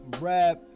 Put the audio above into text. rap